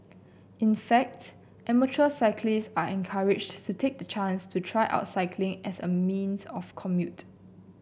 in fact amateur cyclists are encouraged to take the chance to try out cycling as a means of commute